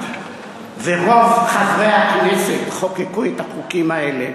ורוב חברי הכנסת חוקקו את החוקים האלה,